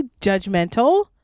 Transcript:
Judgmental